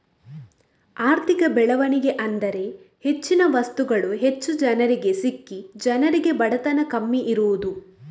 ಆರ್ಥಿಕ ಬೆಳವಣಿಗೆ ಅಂದ್ರೆ ಹೆಚ್ಚಿನ ವಸ್ತುಗಳು ಹೆಚ್ಚು ಜನರಿಗೆ ಸಿಕ್ಕಿ ಜನರಿಗೆ ಬಡತನ ಕಮ್ಮಿ ಇರುದು